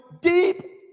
deep